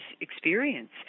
experience